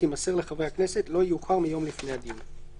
תימסר לחברי הכנסת לא יאוחר מיום לפני הדיון.